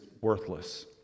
worthless